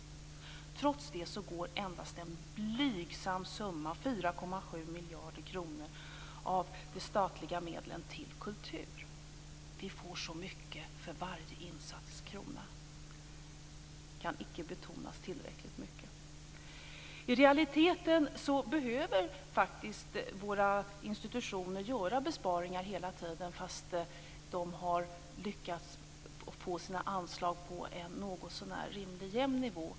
Trots det går endast en blygsam summa, 4,7 miljarder kronor av de statliga medlen, till kultur. Men vi får så mycket för varje insatt krona. Detta kan icke betonas tillräckligt mycket. I realiteten behöver våra institutioner faktiskt göra besparingar hela tiden fastän de har lyckats få sina anslag på en något så när rimligt jämn nivå.